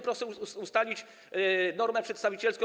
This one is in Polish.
Proszę ustalić normę przedstawicielską.